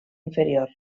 inferior